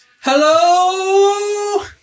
hello